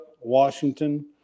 Washington